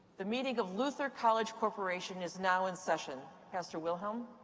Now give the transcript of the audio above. the meeting of luther college corporation is now in session. pastor wilhelm.